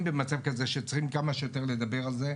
במצב כזה שצריך כמה שיותר לדבר על זה.